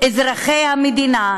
אזרחי המדינה,